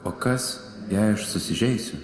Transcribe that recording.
o kas jei aš susižeisiu